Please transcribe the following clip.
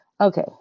Okay